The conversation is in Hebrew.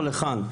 או לכאן,